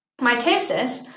Mitosis